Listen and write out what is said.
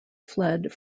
fled